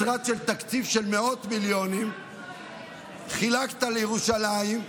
משרד עם תקציב של מאות מיליונים שחילקת לירושלים,